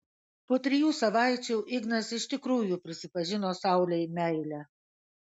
po trijų savaičių ignas iš tikrųjų prisipažino saulei meilę